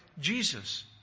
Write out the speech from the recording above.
Jesus